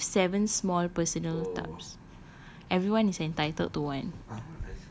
they give seven small personal tubs everyone is entitled to one